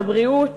בבריאות.